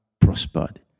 prospered